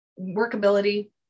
workability